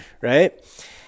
Right